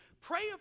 pray